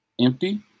Empty